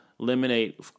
Eliminate